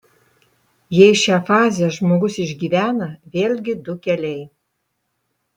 jei šią fazę žmogus išgyvena vėlgi du keliai